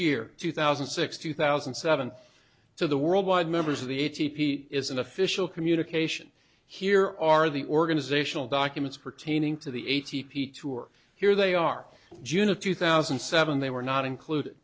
year two thousand and six two thousand and seven to the worldwide members of the a t p is an official communication here are the organizational documents pertaining to the a t p tour here they are june of two thousand and seven they were not included